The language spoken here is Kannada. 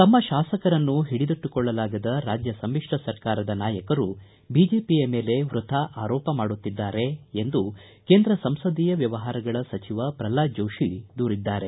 ತಮ್ಮ ಶಾಸಕರನ್ನು ಹಿಡಿದಿಟ್ಟುಕೊಳ್ಳಲಾಗದ ರಾಜ್ಯ ಸಮಿಶ್ರ ಸರ್ಕಾರದ ನಾಯಕರು ಬಿಜೆಪಿಯ ಮೇಲೆ ವೃಥಾ ಆರೋಪ ಮಾಡುತ್ತಿದ್ದಾರೆ ಎಂದು ಕೇಂದ್ರ ಸಂಸದೀಯ ವ್ಯವಹಾರಗಳ ಸಚಿವ ಪ್ರಹ್ನಾದ್ ಜೋಷಿ ದೂರಿದ್ದಾರೆ